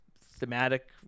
thematic